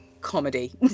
comedy